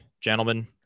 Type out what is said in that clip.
Gentlemen